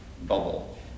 bubble